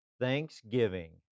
thanksgiving